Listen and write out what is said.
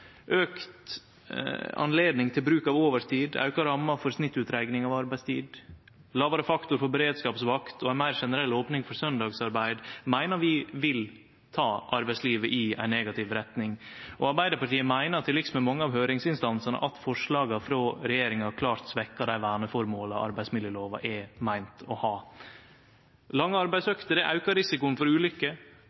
anledning til bruk av overtid, auka rammer for snittutrekning av arbeidstid, lågare faktor for beredskapsvakt og ei meir generell opning for søndagsarbeid meiner vi vil ta arbeidslivet i ei negativ retning. Arbeidarpartiet meiner, til liks med mange av høyringsinstansane, at forslaga frå regjeringa klart svekkjer dei verneformåla arbeidsmiljølova er meint å ha. Lange arbeidsøkter aukar risikoen for